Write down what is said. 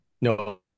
No